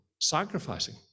sacrificing